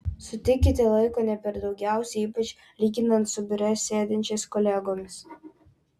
sutikite laiko ne per daugiausiai ypač lyginant su biure sėdinčiais kolegomis